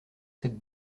cette